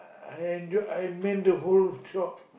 I enjoy I man the whole shop